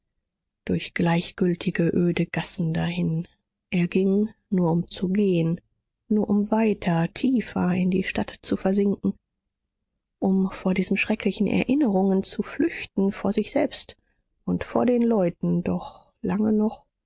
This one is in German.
durch gleichgültige öde gassen dahin er ging nur um zu gehen nur um weiter tiefer in die stadt zu versinken um vor diesen schrecklichen erinnerungen zu flüchten vor sich selbst und vor den leuten doch lange noch